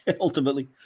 ultimately